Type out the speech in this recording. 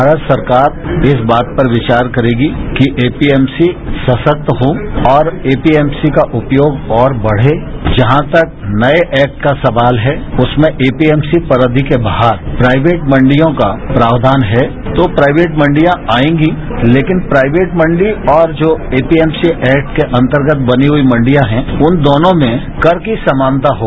भारत सरकार इस बात पर विचार करेगी कि एपीएमसीसशक्त हों और एपीएमसी का उपयोग और बढ़े जहां तक नए एक्ट का सवाल है उसमें एपीएमसीपरिधि के बाहर प्राइवेट मंडियों का प्राक्षान है तो प्राइवेट मंडियां आएगी लेकिन प्राइवेटमंडी और जो एपीएमसी एक्ट के अंतर्गत बनी हुई मंडियां हैं उन दोनों में कर की समानताहो